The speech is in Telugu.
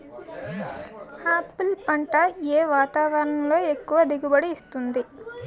ఆపిల్ పంట ఏ వాతావరణంలో ఎక్కువ దిగుబడి ఇస్తుంది?